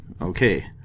Okay